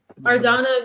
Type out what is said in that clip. Ardana